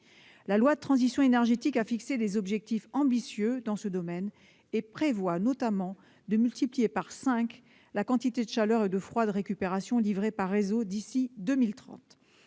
La loi pour la transition énergétique a fixé des objectifs ambitieux dans ce domaine et prévoit notamment de multiplier par cinq la quantité de chaleur et de froid de récupération livrée par réseau d'ici à 2030.